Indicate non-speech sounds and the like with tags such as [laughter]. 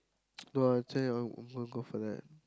[noise] no ah actually I I wanna go for that